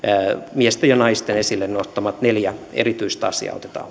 miesten ja naisten esille nostamat neljä erityistä asiaa otetaan